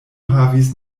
havis